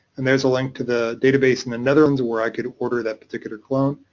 and there's a link to the database in the netherlands where i could order that particular clone.